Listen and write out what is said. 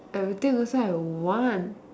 everything also I would want